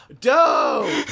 Dope